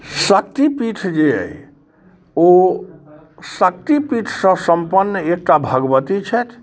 शक्तिपीठ जे अइ ओ शक्तिपीठसँ संपन्न एकटा भगवती छथि